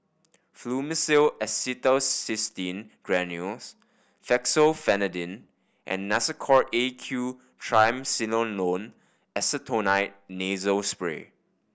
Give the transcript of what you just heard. Fluimucil Acetylcysteine Granules Fexofenadine and Nasacort A Q Triamcinolone Acetonide Nasal Spray